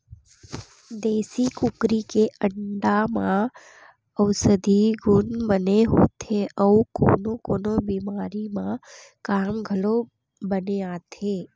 देसी कुकरी के अंडा म अउसधी गुन बने होथे अउ कोनो कोनो बेमारी म काम घलोक बने आथे